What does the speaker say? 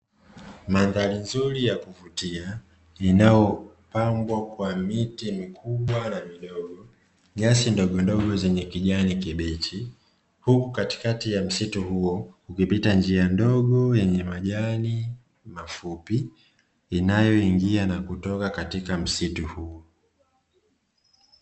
Mandhari nzuri ya kuvutia inayopambwa kwa miti mikubwa na midogo nyasi ndogondogo zenye kijani kibichi, huku katikati ya msitu huo ikipita njia ndogo yenye majani mafupi inayoingia na kutoka katika msitu huu.